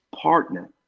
partner